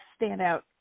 standout